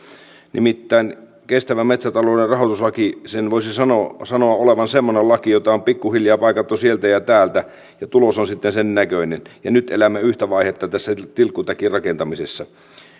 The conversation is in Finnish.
nimittäin kestävän metsätalouden rahoituslain voisi sanoa olevan semmoinen laki jota on pikkuhiljaa paikattu sieltä ja täältä ja tulos on sitten sen näköinen nyt elämme yhtä vaihetta tässä tilkkutäkin rakentamisessa